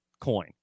coin